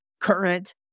current